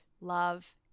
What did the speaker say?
love